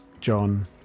John